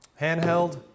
handheld